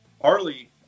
Harley